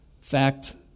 fact